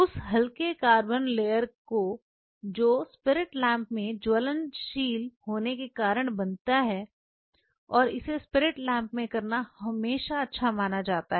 उस हल्के carbon layer को जो स्पिरिट लैम्प में ज्वलनशील होने के कारण बनता है और इसे स्पिरिट लैम्प में करन हमेशा अच्छा माना जाता है